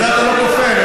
בזה אתה לא כופר,